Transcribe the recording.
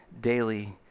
Daily